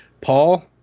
Paul